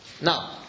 Now